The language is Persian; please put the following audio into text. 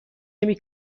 نمی